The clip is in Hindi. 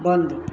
बंद